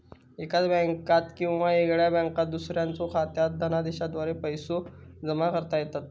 एकाच बँकात किंवा वेगळ्या बँकात दुसऱ्याच्यो खात्यात धनादेशाद्वारा पैसो जमा करता येतत